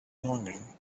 longing